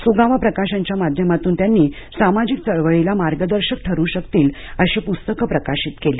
सुगावा प्रकाशनाच्या माध्यमातून त्यांनी सामाजिक चळवळीला मार्गदर्शक ठरू शकतील अशी पुस्तकं प्रकाशित केली